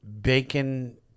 bacon